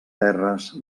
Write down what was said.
terres